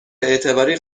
اعتباری